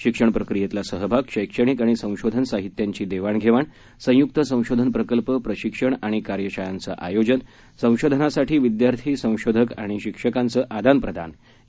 शिक्षण प्रक्रियेतला सहभाग शैक्षणिक आणि संशोधन साहित्यांची देवाण घेवाण संयुक्त संशोधन प्रकल्प प्रशिक्षण आणि कार्यशाळांचं आयोजन संशोधनासाठी विद्यार्थी संशोधक आणि शिक्षकांचं आदान प्रदान यासाठी हा सामंजस्य करार झाला आहे